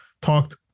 talked